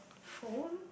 phone